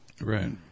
Right